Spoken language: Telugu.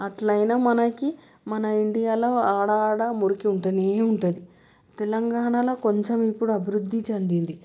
అట్లయినా మనకి మన ఇండియాలో ఆడాడ మురికి ఉంటేనే ఉంటుంది తెలంగాణలో కొంచెం ఇప్పుడు అభివృద్ధి చెందింది